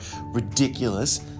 ridiculous